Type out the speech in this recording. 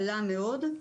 עלה מאוד,